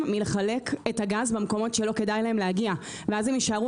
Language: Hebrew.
מלחלק את הגז המקומות שלא כדאי להם להגיע ואז הם יישארו